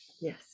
Yes